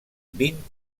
vint